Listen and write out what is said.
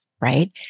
right